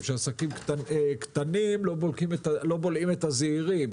שעסקים קטנים לא בולעים את הזעירים,